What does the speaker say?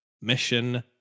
Mission